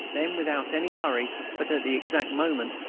then, without any hurry, but at the exact moment,